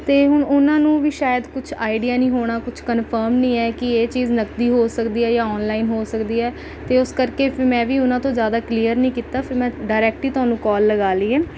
ਅਤੇ ਹੁਣ ਉਨ੍ਹਾਂ ਨੂੰ ਵੀ ਸ਼ਾਇਦ ਕੁਛ ਆਈਡੀਆ ਨਹੀਂ ਹੋਣਾ ਕੁਛ ਕੰਫਰਮ ਨਹੀਂ ਹੈ ਕਿ ਇਹ ਚੀਜ਼ ਨਕਦੀ ਹੋ ਸਕਦੀ ਹੈ ਜਾਂ ਔਨਲਾਈਨ ਹੋ ਸਕਦੀ ਹੈ ਅਤੇ ਉਸ ਕਰਕੇ ਫਿਰ ਮੈਂ ਵੀ ਉਨ੍ਹਾਂ ਤੋਂ ਜ਼ਿਆਦਾ ਕਲੀਅਰ ਨਹੀਂ ਕੀਤਾ ਫਿਰ ਮੈਂ ਡਾਇਰੈਕਟ ਹੀ ਤੁਹਾਨੂੰ ਕੋਲ ਲਗਾ ਲਈ ਹੈ